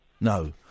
No